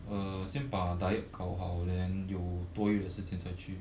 uh 先把 diet 搞好 then 有多余的事情才去